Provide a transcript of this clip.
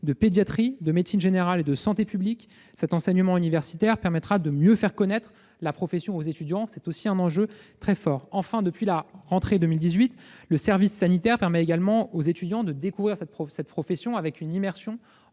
de pédiatrie, de médecine générale et de santé publique. Un tel enseignement universitaire permettra de mieux faire connaître la profession aux étudiants. Enfin, depuis la rentrée 2018, le service sanitaire permet également aux étudiants de découvrir cette profession. Nous attendons